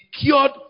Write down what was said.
cured